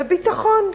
בביטחון,